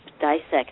dissect